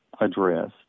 address